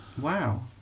Wow